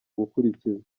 gukurikizwa